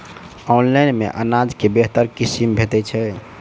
Online मे अनाज केँ बेहतर किसिम भेटय छै?